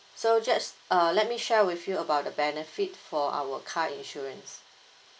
so just uh let me share with you about the benefit for our car insurance